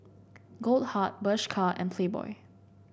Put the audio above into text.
Goldheart Bershka and Playboy